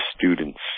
students